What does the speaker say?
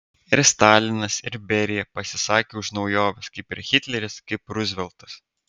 ir stalinas ir berija pasisakė už naujoves kaip ir hitleris kaip ruzveltas